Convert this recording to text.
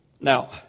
Now